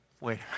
Wait